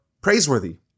praiseworthy